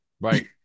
Right